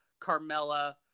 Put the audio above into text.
Carmella